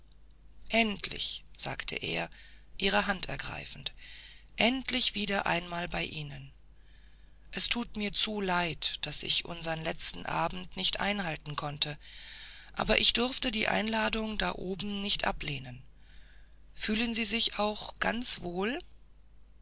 endlich sagte er ihre hand ergreifend endlich wieder einmal bei ihnen es tat mir zu leid daß ich unsern letzten abend nicht einhalten konnte aber ich durfte die einladung da oben nicht ablehnen fühlen sie sich auch ganz wohl